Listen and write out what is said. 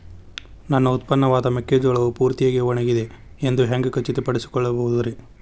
ನನ್ನ ಉತ್ಪನ್ನವಾದ ಮೆಕ್ಕೆಜೋಳವು ಪೂರ್ತಿಯಾಗಿ ಒಣಗಿದೆ ಎಂದು ಹ್ಯಾಂಗ ಖಚಿತ ಪಡಿಸಿಕೊಳ್ಳಬಹುದರೇ?